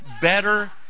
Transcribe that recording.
better